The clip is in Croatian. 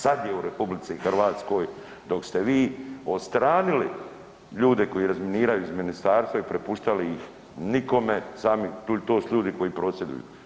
Sad je u RH dok ste vi odstranili ljude koji razminiraju iz ministarstva i prepuštali ih nikome, sami, to su ljudi koji prosvjeduju.